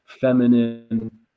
feminine